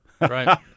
Right